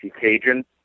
Cajun